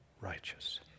righteous